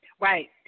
Right